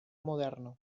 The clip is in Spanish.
moderno